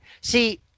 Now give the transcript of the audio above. See